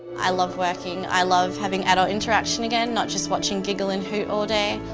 i love working, i love having adult interaction again, not just watching giggle and hoot all day.